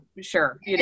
sure